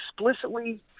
explicitly